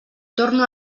torno